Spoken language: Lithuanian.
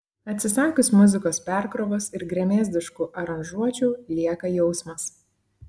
atsisakius muzikos perkrovos ir gremėzdiškų aranžuočių lieka jausmas